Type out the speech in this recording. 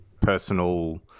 personal